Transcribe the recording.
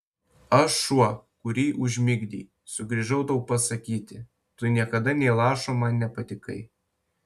aš šuo kurį užmigdei sugrįžau tau pasakyti tu niekada nė lašo man nepatikai